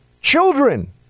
children